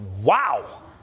Wow